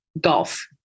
golf